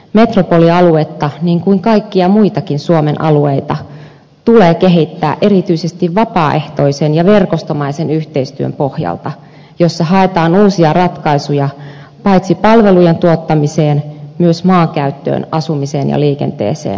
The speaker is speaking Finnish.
metropolialuetta niin kuin kaikkia muitakin suomen alueita tulee kehittää erityisesti vapaaehtoisen ja verkostomaisen yhteistyön pohjalta jossa haetaan uusia ratkaisuja paitsi palvelujen tuottamiseen myös maankäyttöön asumiseen ja liikenteeseen